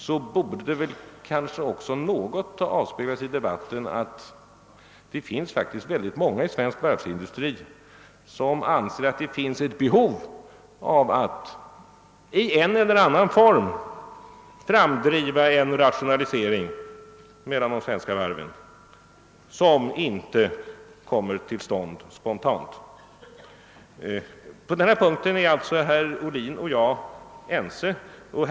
Jag tycker därför att det borde något ha avspeglat sig i debatten att man på flera håll inom svensk varvsindustri anser att det föreligger ett behov av att i en eller annan form framdriva en inte på spontan väg åstadkommen rationalisering inom de svenska varven. På denna punkt är alltså herr Ohlin och jag ense, och det gläder mig.